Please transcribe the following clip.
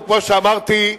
כמו שאמרתי,